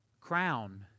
crown